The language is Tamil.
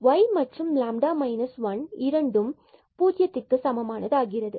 எனவே y and 1 இங்கு இரண்டும் 0க்கு சமம் ஆகிறது